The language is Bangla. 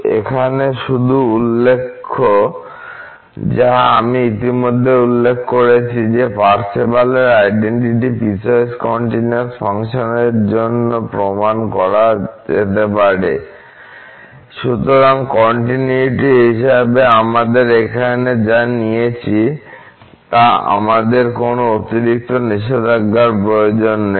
এখানে শুধু উল্লেখ্য যা আমি ইতিমধ্যেই উল্লেখ করেছি যে পার্সেভালের আইডেনটিটি পিসওয়াইস কন্টিনিউয়াস ফাংশনের জন্য প্রমাণ করা যেতে পারি সুতরাং কন্টিনিউয়িটি হিসাবে আমাদের এখানে যা নিয়েছি তা আমাদের কোন অতিরিক্ত নিষেধাজ্ঞার প্রয়োজন নেই